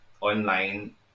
online